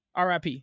RIP